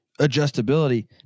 adjustability